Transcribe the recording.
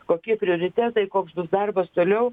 kokie prioritetai koks bus darbas toliau